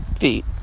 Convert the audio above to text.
feet